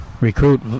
recruit